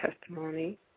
testimony